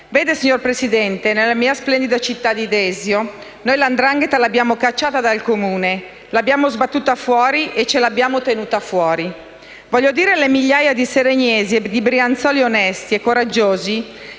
Vede, signor Presidente, nella mia splendida città di Desio, noi la 'ndrangheta l'abbiamo cacciata dal Comune, l'abbiamo sbattuta fuori e continuiamo a tenerla fuori. Vorrei dire alle migliaia di seregnesi e di brianzoli onesti e coraggiosi